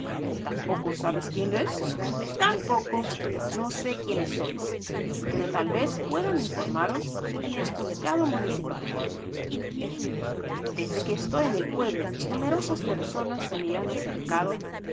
tampoco sabes quién es tampoco no sé quiénes sois pero tal vez puedan informaros en el juzgado municipal desde que estoy en el pueblo numerosas personas se me han acercado